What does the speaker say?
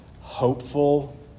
hopeful